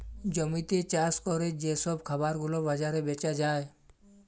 জমিতে চাষ ক্যরে যে সব খাবার গুলা বাজারে বেচা যায়